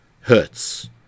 hertz